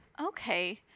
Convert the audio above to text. Okay